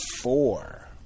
four